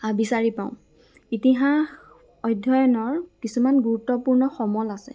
আ বিচাৰি পাওঁ ইতিহাস অধ্যয়নৰ কিছুমান গুৰুত্বপূৰ্ণ সমল আছে